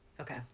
Okay